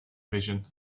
vision